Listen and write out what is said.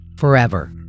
forever